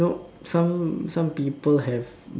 know some some people have